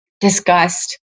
disgust